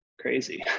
crazy